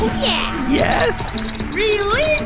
yeah yes release